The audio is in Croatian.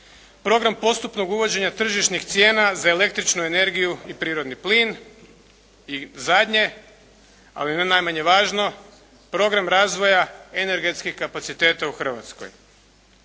Program postupnog uvođenja tržišnih cijena za električnu energiju i prirodni plin. I zadnje, ali ne najmanje važno, program razvoja energetskih kapaciteta u Hrvatskoj.